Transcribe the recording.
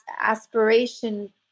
aspiration